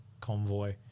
Convoy